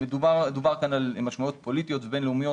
דובר כאן על משמעויות פוליטיות ובין-לאומיות.